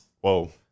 Whoa